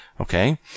Okay